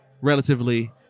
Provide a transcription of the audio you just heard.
relatively